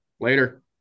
Later